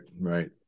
right